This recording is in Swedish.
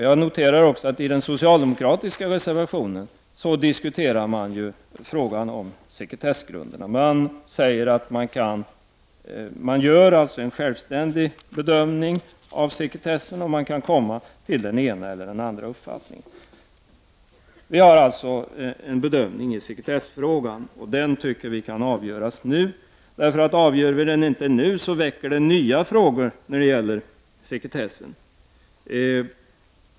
Jag noterar också att man i den socialdemokratiska reservationen diskuterar frågan om sekretessgrunderna. Socialdemokraterna säger att man i ärenden av detta slag gör en självständig bedömning av frågan om sekretessen och att man kan komma till den ena eller andra uppfattningen. Vi har här i riksdagen att göra en bedömning i sekretessfrågan, och vi i centern menar att denna bedömning kan göras nu. Om vi inte avgör denna fråga nu, väcker det nämligen nya frågor när det gäller sekretessen.